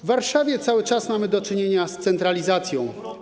W Warszawie cały czas mamy do czynienia z centralizacją.